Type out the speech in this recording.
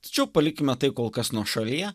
tačiau palikime tai kol kas nuošalyje